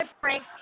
Frank